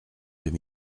deux